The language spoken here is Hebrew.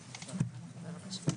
בבקשה.